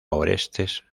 orestes